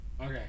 Okay